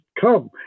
come